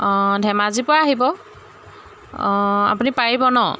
অঁ ধেমাজিৰ পৰা আহিব অঁ আপুনি পাৰিব ন